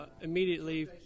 immediately